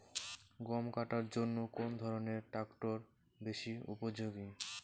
গম কাটার জন্য কোন ধরণের ট্রাক্টর বেশি উপযোগী?